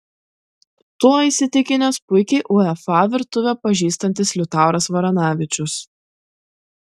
tuo įsitikinęs puikiai uefa virtuvę pažįstantis liutauras varanavičius